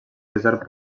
desert